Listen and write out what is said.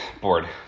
bored